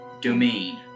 domain